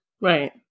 Right